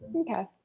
Okay